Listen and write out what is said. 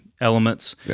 Elements